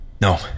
No